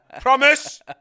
Promise